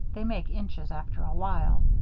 they make inches after a while.